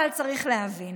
אבל צריך להבין